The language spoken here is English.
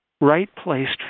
right-placed